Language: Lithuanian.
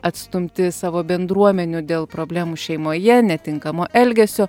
atstumti savo bendruomenių dėl problemų šeimoje netinkamo elgesio